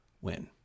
win